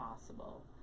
possible